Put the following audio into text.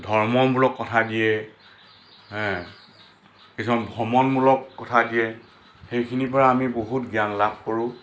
কিছুমান ধৰ্মমূলক কথা দিয়ে হে কিছুমান ভ্ৰমণমূলক কথা দিয়ে সেইখিনিৰ পৰা আমি বহুত জ্ঞান লাভ কৰোঁ